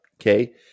okay